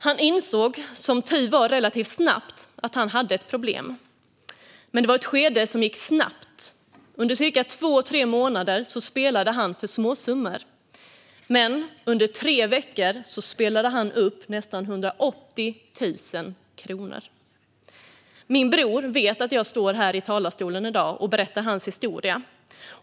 Han insåg som tur var relativt snabbt att han hade ett problem, men det var ett skede som gick snabbt. Under två till tre månader spelade han för småsummor, men under tre veckor spelade han bort nästan 180 000 kronor. Min bror vet att jag står här i talarstolen i dag och berättar hans historia.